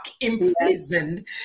imprisoned